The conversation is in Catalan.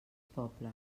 poble